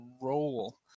roll